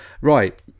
Right